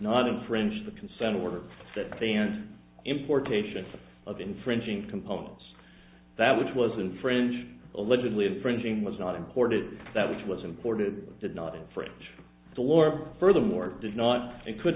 not infringe the consent order that then importation of infringing components that which was in french allegedly infringing was not imported that which was imported did not infringe the war furthermore did not and could